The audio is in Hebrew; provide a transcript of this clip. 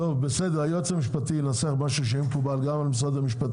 שמה שעלה בהסברים